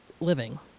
living